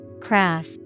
Craft